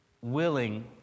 willing